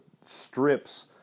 strips